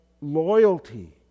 loyalty